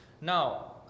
Now